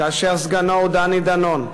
כאשר סגנו הוא דני דנון,